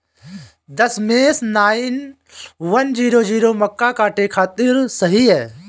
दशमेश nine one zero zero मक्का काटे खातिर सही ह?